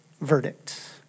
verdict